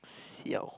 siao